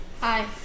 Hi